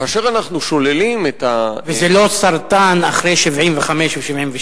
כאשר אנחנו שוללים את, וזה לא סרטן אחרי 75 ו-76.